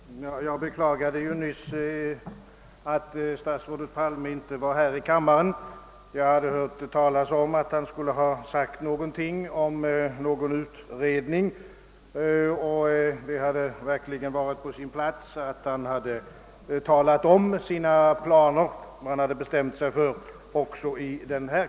Herr talman! Jag beklagar ännu en gång, att statsrådet Palme inte är närvarande i kammaren nu. Jag har hört sägas, att han i första kammaren har talat om en utredning, och det hade verkligen varit på sin plats att han även i denna kammare meddelade vad han har bestämt sig för i det avseendet.